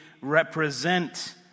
represent